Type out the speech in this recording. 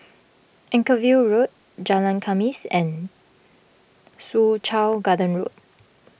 Anchorvale Road Jalan Khamis and Soo Chow Garden Road